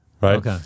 right